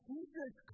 Jesus